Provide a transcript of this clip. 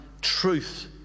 truth